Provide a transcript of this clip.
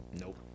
Nope